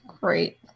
Great